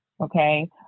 okay